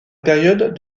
période